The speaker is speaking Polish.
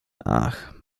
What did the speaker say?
ach